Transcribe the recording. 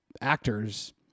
actors